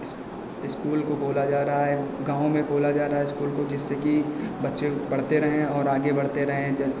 इस इस्कूल को बोला जा रहा है गाँव में खोला जा रहा है स्कूल को जिससे कि बच्चे को पढ़ते रहें और आगे बढ़ते रहें ज